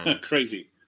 Crazy